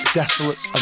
desolate